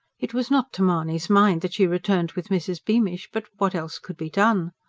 it was not to mahony's mind that she returned with mrs. beamish but what else could be done?